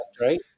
Right